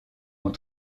ont